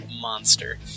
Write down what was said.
Monster